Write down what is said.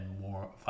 more